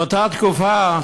באותה תקופה,